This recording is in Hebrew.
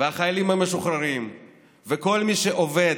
והחיילים המשוחררים וכל מי שעובד,